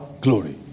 glory